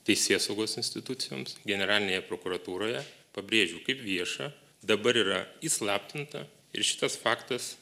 teisėsaugos institucijoms generalinėje prokuratūroje pabrėžiau kaip viešą dabar yra įslaptinta ir šitas faktas